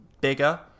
bigger